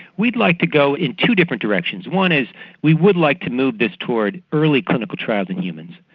we'd like to go in two different directions. one is we would like to move this toward early clinical trials in humans,